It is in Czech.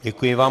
Děkuji vám.